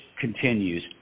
continues